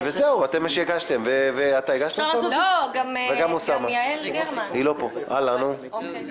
שהוא גם יושב-ראש הוועדה של הוועדה